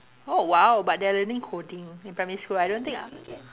oh !wow! but they are learning coding in primary school I don't think I